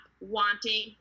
wanting